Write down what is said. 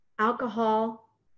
Alcohol